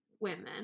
women